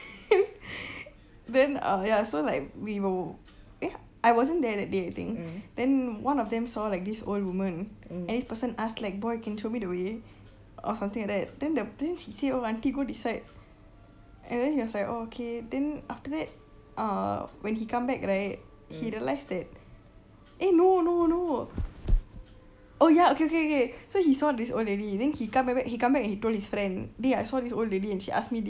then uh ya so like we were eh I wasn't there that day I think then one of them saw like this old woman and this person asked like boy can show me the way or something like that then the then she say aunty go this side and then she was like oh okay then after that uh when he come back right he realised that eh no no no oh ya okay okay okay so he saw this old lady then he come back he come back and told his friend dey I saw this old lady and she ask me